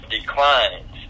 declines